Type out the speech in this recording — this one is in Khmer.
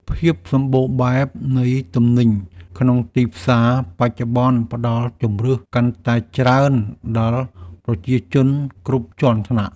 ភាពសម្បូរបែបនៃទំនិញក្នុងទីផ្សារបច្ចុប្បន្នផ្ដល់ជម្រើសកាន់តែច្រើនដល់ប្រជាជនគ្រប់ជាន់ថ្នាក់។